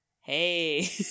Hey